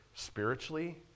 spiritually